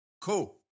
Cool